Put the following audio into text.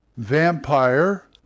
vampire